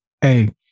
hey